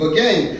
Again